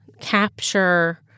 capture